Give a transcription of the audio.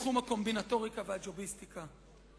בתחום הקומבינטוריקה והג'וביסטיקה.